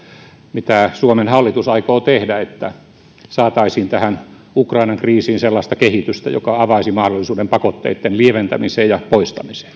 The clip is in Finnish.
mitä suomen hallitus aikoo tehdä että saataisiin tähän ukrainan kriisiin sellaista kehitystä joka avaisi mahdollisuuden pakotteitten lieventämiseen ja poistamiseen